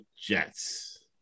Jets